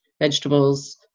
vegetables